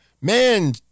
Man